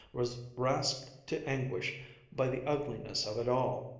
was rasped to anguish by the ugliness of it all.